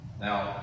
Now